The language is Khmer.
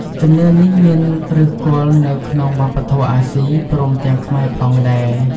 ជំនឿនេះមានឫសគល់នៅក្នុងវប្បធម៌អាស៊ី ព្រមទាំងខ្មែរផងដែរ។